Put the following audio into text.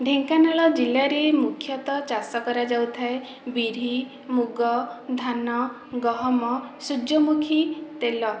ଢେଙ୍କାନାଳ ଜିଲ୍ଲାରେ ମୁଖ୍ୟତଃ ଚାଷ କରାଯାଉଥାଏ ବିରି ମୁଗ ଧାନ ଗହମ ସୂର୍ଯ୍ୟମୁଖୀ ତେଲ